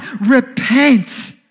Repent